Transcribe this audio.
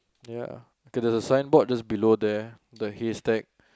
ya cause there is a signboard just below there the hashtag